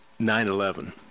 9/11